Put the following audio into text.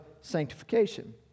sanctification